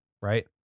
right